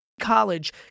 college